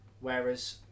Whereas